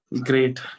great